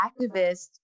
activists